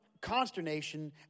consternation